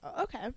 okay